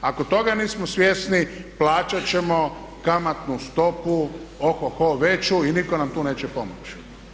Ako toga nismo svjesni plaćat ćemo kamatnu stopu ohoho veću i nitko nam tu neće pomoći.